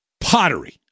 pottery